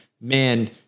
man